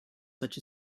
such